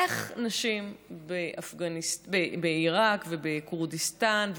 איך נשים בעיראק ובכורדיסטן,